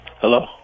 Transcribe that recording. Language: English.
Hello